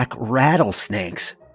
Rattlesnakes